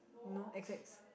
you know X X